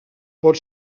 pot